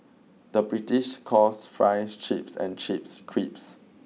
the British calls fries chips and chips crisps